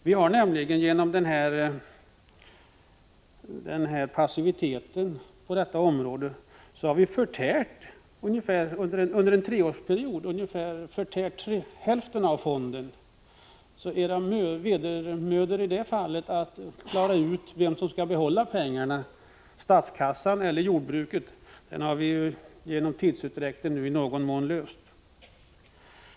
På grund av socialdemokraternas passivitet i denna fråga har nu fonden förtärts så att belopp under en treårsperiod i stort sett halverats. Era vedermödor att klara ut vem som skall behålla pengarna, statskassan eller jordbruket, har i någon mån reducerats genom tidsutdräkten.